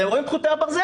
אתם רואים את חוטי הברזל?